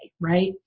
right